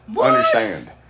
understand